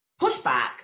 pushback